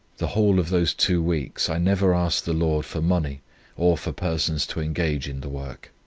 the whole of those two weeks i never asked the lord for money or for persons to engage in the work.